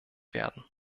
werden